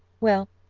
well,